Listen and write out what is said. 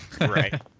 right